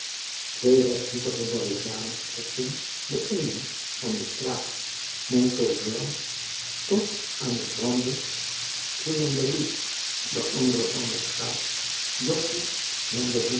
twee rechthoekige barricaden strekten de eene van de straat montorgueuil tot aan de grande truanderie de andere van de straat